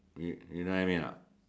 you you know what I mean anot